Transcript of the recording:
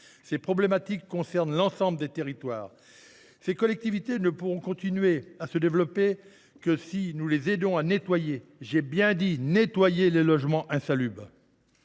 Ces problématiques concernent l’ensemble des territoires. Ces collectivités ne pourront continuer à se développer que si nous les aidons à nettoyer – j’insiste sur ce terme, même s’il n’est